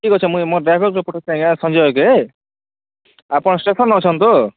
ଠିକ୍ ଅଛି ମୁଇଁ ମୋର୍ ଡ଼୍ରାଇଭର୍କେ ପଠାଉଛି ଆଜ୍ଞା ସଞ୍ଜୟ କେ ଆପଣ ଷ୍ଟେସନ୍ରେ ଅଛନ୍ତି ତ